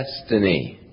destiny